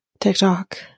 TikTok